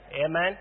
Amen